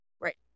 Right